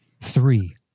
three